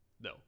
no